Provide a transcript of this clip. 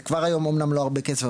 זה כבר היום אומנם לא הרבה כסף,